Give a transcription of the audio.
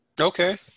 Okay